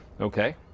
Okay